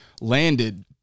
landed